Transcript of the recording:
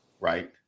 right